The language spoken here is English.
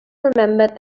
remembered